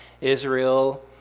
Israel